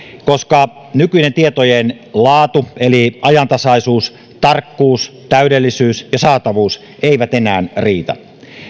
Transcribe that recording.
koska nykyinen tietojen laatu eli ajantasaisuus tarkkuus täydellisyys ja saatavuus ei enää riitä